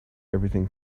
everything